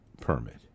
permit